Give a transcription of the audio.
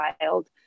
child